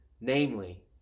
namely